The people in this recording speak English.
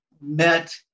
met